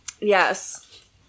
Yes